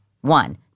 one